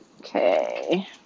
Okay